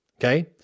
okay